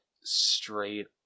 Straight